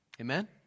Amen